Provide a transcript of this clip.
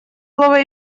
слово